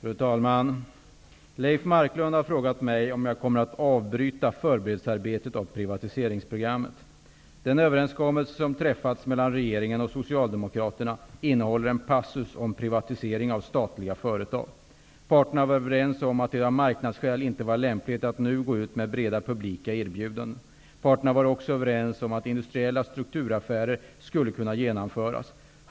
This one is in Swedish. Fru talman! Leif Marklund har frågat mig om jag kommer att avbryta förberedelsearbetet beträffande privatiseringsprogrammet. Den överenskommelse som träffats mellan regeringen och Socialdemokraterna innehåller en passus om privatisering av statliga företag. Parterna var överens om att det av marknadsskäl inte var lämpligt att nu gå ut med breda publika erbjudanden. Parterna var också överens om att industriella strukturaffärer skulle kunna genomföras.